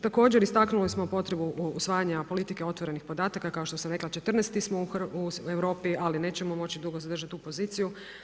Također, istaknuli smo potrebu usvajanja politike otvorenih podataka, kao što sam rekla, 14. u Europi, ali nećemo moći dugo zadržati tu poziciju.